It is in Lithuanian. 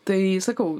tai sakau